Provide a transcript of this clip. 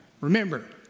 Remember